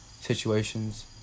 situations